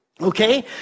okay